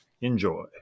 Enjoy